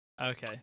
Okay